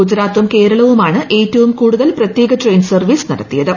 ഗുജറാത്തും കേരളവുമാണ് ഏറ്റവും കൂടുതൽ പ്രത്യേക ട്രെയിൻ സർവ്വീസ് നടത്തിയത്